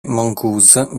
mongoose